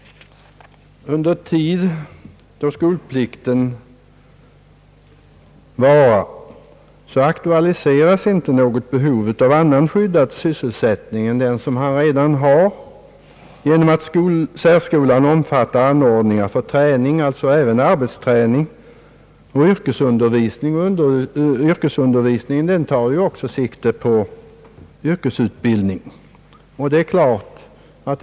Under tid då skolplikten varar aktualiseras inte något behov av annan skyddad sysselsättning än den som redan förekommer i och med att särskolan omfattar anordningar för träning, alltså även arbetsträning och yrkesundervisning, som också tar sikte på yrkesutbildningen.